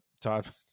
Todd